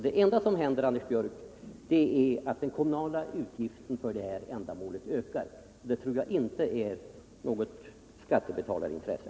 Det enda som då händer, Anders Björck, är att den kommunala utgiften för ändamålet ökar, och det är inte något skattebetalarintresse.